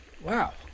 Wow